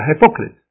hypocrite